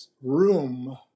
room